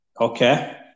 Okay